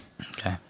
Okay